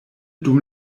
dum